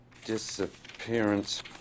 Disappearance